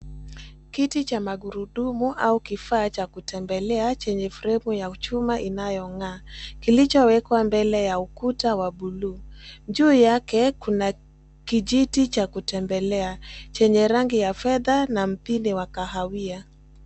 Kiti cha magurudumu au kifaa cha kutembelea chenye fremu ya chuma inayong'aa, kilichowekwa mbele ya ukuta wa blue . Juu yake kuna kijiti cha kutembelea, chenye rangi ya fedha na mpinde wa kahawia.